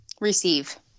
receive